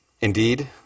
Indeed